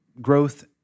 growth